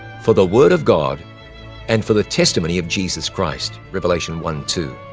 for the word of god and for the testimony of jesus christ revelation. one two.